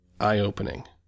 eye-opening